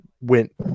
went